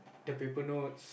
the paper notes